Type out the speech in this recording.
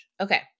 Okay